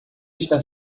está